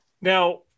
Now